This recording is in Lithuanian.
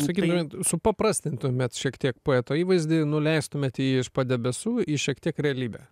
sakytumėt supaprastintumėt šiek tiek poeto įvaizdį nuleistumėte jį iš padebesų į šiek tiek realybę